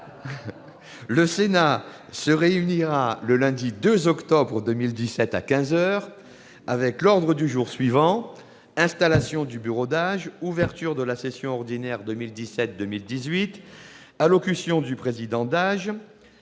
le Sénat se réunira le lundi 2 octobre 2017, à quinze heures, avec l'ordre du jour suivant : Installation du bureau d'âge. Ouverture de la session ordinaire 2017-2018. Allocution du président d'âge.